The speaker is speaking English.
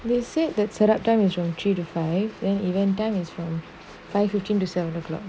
they said that set up damage on three to five and even timings from five fifteen to seven o'clock